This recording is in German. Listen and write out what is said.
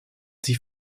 sie